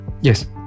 Yes